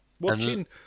Watching